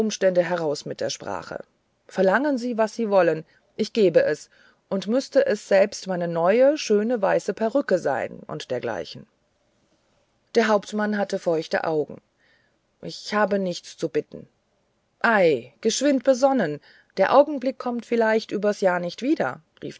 heraus mit der sprache verlangen sie was sie wollen ich gebe es und müßte es selbst meine neue schöne weiße perücke sein und dergleichen der hauptmann hatte feuchte augen ich habe nichts mehr zu bitten ei geschwind besonnen der augenblick kommt vielleicht übers jahr nicht wieder